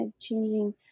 changing